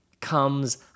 comes